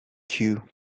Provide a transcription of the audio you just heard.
queue